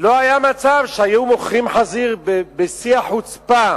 לא היה מצב שמוכרים חזיר בשיא החוצפה.